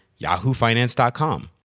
yahoofinance.com